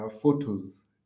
photos